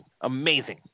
Amazing